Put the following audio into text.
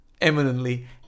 Eminently